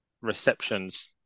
receptions